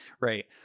right